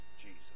Jesus